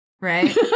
Right